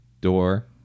door